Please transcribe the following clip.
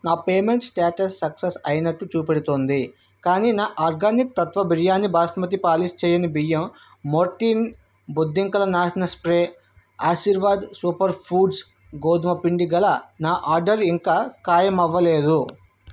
నా payment status success అయినట్టు చూపెడుతుంది కానీ నా ఆర్గానిక్ తత్వ బిర్యానీ బాస్మతి పాలిష్ చెయ్యని బియ్యం మోర్టీన్ బొద్దింకల నాశక స్ప్రే ఆశీర్వాద్ సూపర్ ఫూడ్స్ గోధుమ పిండి గల నా ఆర్డర్ ఇంకా ఖాయమవ్వలేదు